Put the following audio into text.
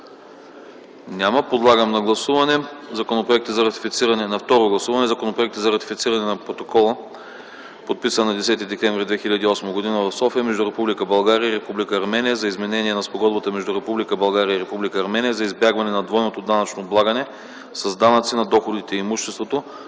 Няма. Подлагам на второ гласуване Законопроекта за ратифициране на Протокола, подписан на 10 декември 2008 г. в София, между Република България и Република Армения за изменение на Спогодбата между Република България и Република Армения за избягване на двойното данъчно облагане с данъци на доходите и имуществото,